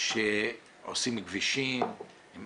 בכביש 6 חוצה צפון בכלל מכבידים על